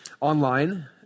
online